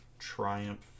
Triumph